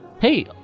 hey